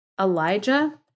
Elijah